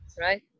Right